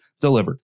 delivered